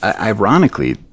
Ironically